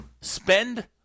spend